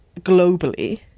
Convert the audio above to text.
globally